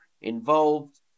involved